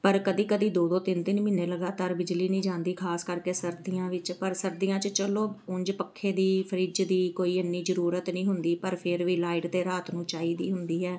ਪਰ ਕਦੇ ਕਦੇ ਦੋ ਦੋ ਤਿੰਨ ਤਿੰਨ ਮਹੀਨੇ ਲਗਾਤਾਰ ਬਿਜਲੀ ਨਹੀਂ ਜਾਂਦੀ ਖਾਸ ਕਰਕੇ ਸਰਦੀਆਂ ਵਿੱਚ ਪਰ ਸਰਦੀਆਂ 'ਚ ਚਲੋ ਉਂਝ ਪੱਖੇ ਦੀ ਫਰਿੱਜ ਦੀ ਕੋਈ ਇੰਨੀ ਜ਼ਰੂਰਤ ਨਹੀਂ ਹੁੰਦੀ ਪਰ ਫਿਰ ਵੀ ਲਾਈਟ ਤਾਂ ਰਾਤ ਨੂੰ ਚਾਹੀਦੀ ਹੁੰਦੀ ਹੈ